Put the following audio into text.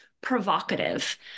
Provocative